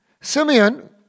Simeon